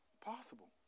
possible